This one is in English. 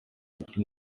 cooking